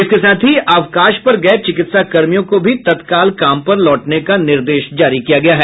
इसके साथ ही अवकाश पर गये चिकित्सा कर्मियों को भी तत्काल काम पर लौटने का निर्देश जारी किया गया है